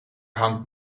hangt